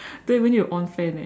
don't even need to on fan eh